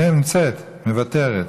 נמצאת, מוותרת,